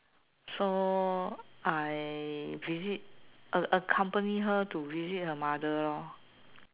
so I visit a~ accompany her to visit her mother lor